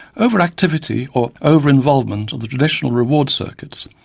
overactivity or over-involvement of the traditional reward circuits,